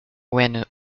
when